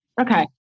Okay